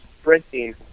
sprinting